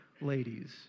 ladies